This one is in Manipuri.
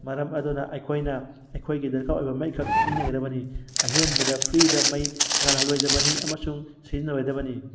ꯃꯔꯝ ꯑꯗꯨꯅ ꯑꯩꯈꯣꯏꯅ ꯑꯩꯈꯣꯏꯒꯤ ꯗꯔꯀꯥꯔ ꯑꯣꯏꯕ ꯃꯩꯈꯛ ꯁꯤꯖꯤꯟꯅꯒꯗꯕꯅꯤ ꯑꯍꯦꯟꯕꯗ ꯐ꯭ꯔꯤꯗ ꯃꯩ ꯉꯥꯜꯍꯟꯂꯣꯏꯗꯕꯅꯤ ꯑꯃꯁꯨꯡ ꯁꯤꯖꯤꯟꯅꯔꯣꯏꯗꯕꯅꯤ